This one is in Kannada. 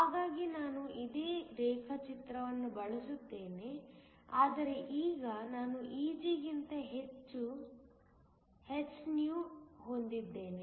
ಹಾಗಾಗಿ ನಾನು ಇದೇ ರೇಖಾಚಿತ್ರವನ್ನು ಬಳಸುತ್ತೇನೆ ಆದರೆ ಈಗ ನಾನು Eg ಗಿಂತ ಹೆಚ್ಚಿನ hυ ಹೊಂದಿದ್ದೇನೆ